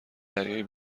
دریایی